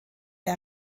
der